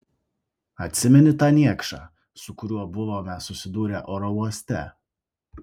atsimeni tą niekšą su kuriuo buvome susidūrę oro uoste